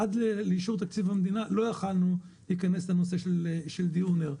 עד לאישור תקציב המדינה לא יכולנו להיכנס לנושא של דירות נ"ר.